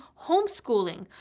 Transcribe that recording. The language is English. homeschooling